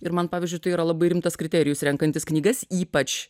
ir man pavyzdžiui tai yra labai rimtas kriterijus renkantis knygas ypač